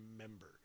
remember